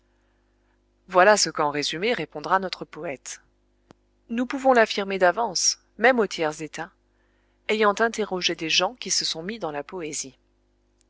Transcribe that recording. voilà ce qu'en résumé répondra notre poète nous pouvons l'affirmer d'avance même au tiers état ayant interrogé des gens qui se sont mis dans la poésie